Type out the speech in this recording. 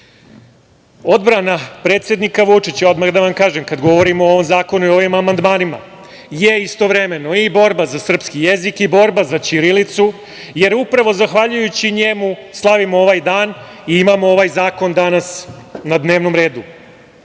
predsednika Vučića, odmah da vam kažem, kada govorimo o ovom zakonu i o ovim amandmanima, je istovremeno i borba za srpski jezik i borba za ćirilicu, jer upravo zahvaljujući njemu slavimo ovaj dan i imamo ovaj zakon danas na dnevnom redu. Saša